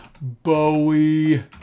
Bowie